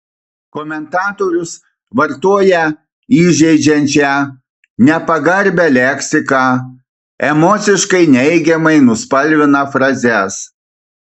komentatorius vartoja įžeidžiančią nepagarbią leksiką emociškai neigiamai nuspalvina frazes